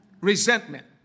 resentment